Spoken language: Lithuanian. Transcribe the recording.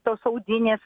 tos audinės